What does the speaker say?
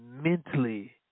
mentally